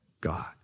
God